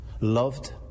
loved